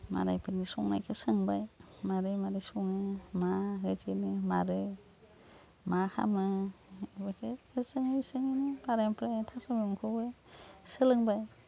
मालायफोरनि संनायखौ सोंबाय माबोरै माबोरै सङो माबायदिनो माबोरै मा खालामो बेफोरखौ सोङै सोङैनो आरो ओमफ्राय थास' मैगंखौबो सोलोंबाय